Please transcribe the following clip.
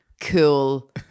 cool